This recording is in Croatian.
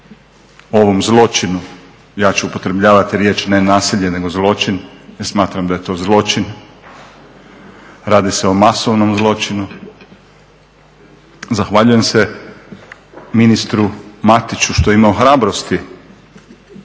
ovom zločinu, ja ću upotrebljavati riječ ne nasilje nego zločin jer smatram da je to zločin. Radi se o masovnom zločinu. Zahvaljujem se ministru Matiću što je imao hrabrosti